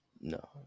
No